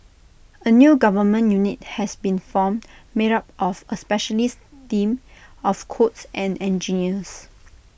A new government unit has been formed made up of A specialist team of codes and engineers